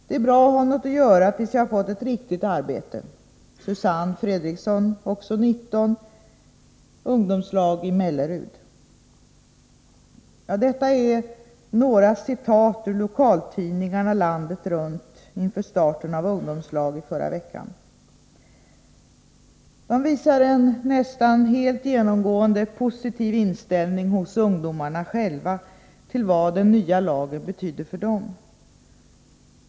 — Det är bra att ha något att göra tills jag får ett riktigt arbete, säger Susanne Fredriksson, också 19 år, i ungdomslag i Mellerud. Detta är några citat ur lokaltidningarna landet runt inför starten av ungdomslag i förra veckan. De visar på en nästan helt genomgående positiv inställning hos ungdomarna själva till vad den nya lagen betyder för dem.